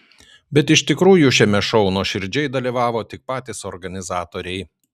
bet iš tikrųjų šiame šou nuoširdžiai dalyvavo tik patys organizatoriai